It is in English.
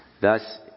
Thus